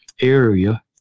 area